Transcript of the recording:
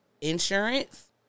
insurance